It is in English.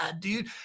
dude